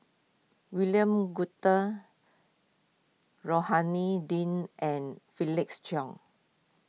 William Goode Rohani Din and Felix Cheong